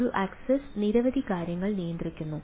ഈ ആക്സസ്സ് നിരവധി കാര്യങ്ങൾ നിയന്ത്രിക്കുന്നു